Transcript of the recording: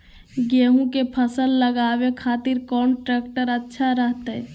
गेहूं के फसल लगावे खातिर कौन ट्रेक्टर अच्छा रहतय?